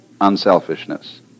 unselfishness